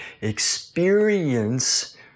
experience